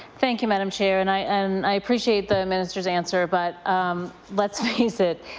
thank you, madam chair. and i and i appreciate the minister's answer. but let's face it.